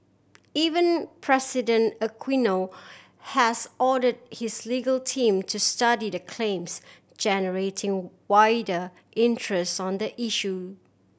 Even President Aquino has order his legal team to study the claims generating wider interest on the issue